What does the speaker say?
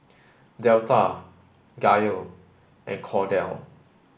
Delta Gayle and Kordell